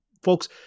Folks